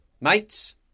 Mates